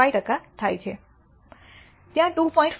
5 ટકા થાય છે ત્યાં 2